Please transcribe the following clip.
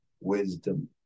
wisdom